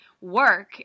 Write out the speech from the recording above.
work